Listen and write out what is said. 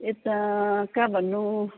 यता कहाँ भन्नु